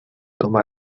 toma